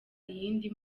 iyindi